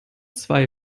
zwei